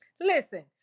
Listen